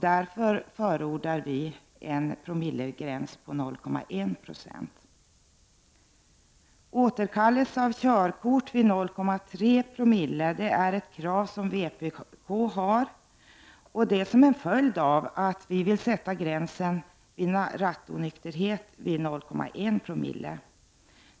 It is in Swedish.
Därför förordar vi en promillegräns vid 0,1. Återkallelse av körkort vid 0,3 Zoo är ett av vpk:s krav, detta som en följd av att vpk vill sätta gränsen för rattonykterhet vid 0,1 Zco.